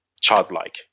childlike